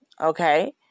Okay